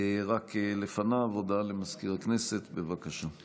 רק לפניו, הודעה למזכיר הכנסת, בבקשה.